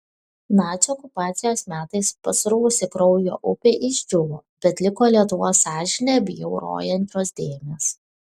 nacių okupacijos metais pasruvusi kraujo upė išdžiūvo bet liko lietuvos sąžinę bjaurojančios dėmės